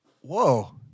Whoa